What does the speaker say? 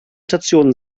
station